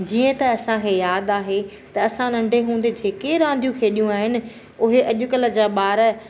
जीअं त असांखे यादि आहे त असां नंढे हूंदे जेके रांदियूं खेॾियूं आहिनि उहे अॼुकल्ह जा ॿार